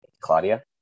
Claudia